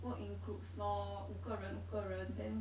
work in groups lor 五个人五个人 then